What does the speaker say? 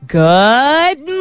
good